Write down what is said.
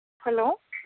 hello